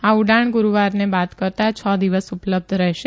આ ઉડાણ ગુરૂવારને બાદ કરતા છ દિવસ ઉપલબ્ધ રહેશે